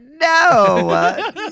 No